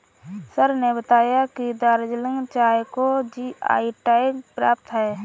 sir ने बताया कि दार्जिलिंग चाय को जी.आई टैग प्राप्त है